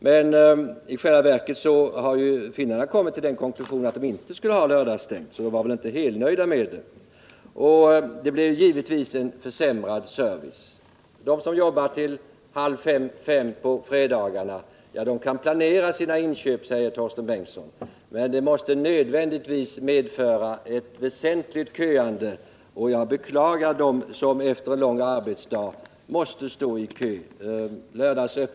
Men i själva verket har finnarna kommit till den konklusionen att de inte skall ha lördagsstängt, så de var väl inte helnöjda med den ordningen. Det blev givetvis en försämrad service. De som jobbar till halv fem på fredagar kan planera sina inköp, sade Torsten Bengtson. Men en lördagsstängning måste nödvändigtvis medföra ett väsentligt köande, och jag beklagar den som efter en lång arbetsdag måste stå i kö.